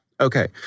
Okay